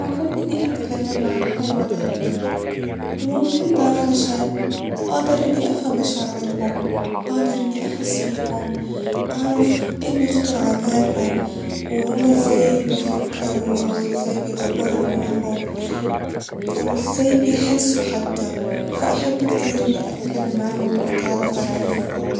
هحب إني أتكلم مع الحيوانات وممكن ده علشان أقدر إني أفهم مشاعرهم ، أقدر إني أحس بيهم ، أعرف ايه بخطر عبالهم وهما ازاي بيفكروا أو ازاي بيدبروا أمورهم أو ازاي بيحسوا حتى ، فأحب كتير اني اتكلم معاهم واتعرف على علم جديد